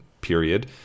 period